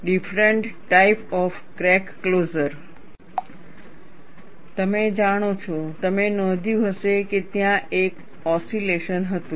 different types of crack closure તમે જાણો છો તમે નોંધ્યું હશે કે ત્યાં એક ઓસિલેશન હતું